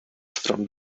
from